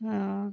ہاں